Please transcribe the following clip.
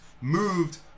moved